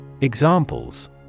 Examples